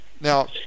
now